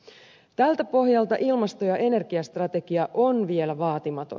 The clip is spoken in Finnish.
tältä pohjalta ilmasto ja energiastrategia on vielä vaatimaton